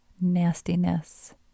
nastiness